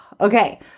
Okay